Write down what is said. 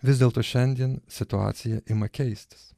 vis dėlto šiandien situacija ima keistis